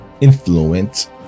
influence